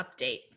update